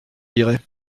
lirez